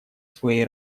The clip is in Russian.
своей